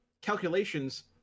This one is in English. calculations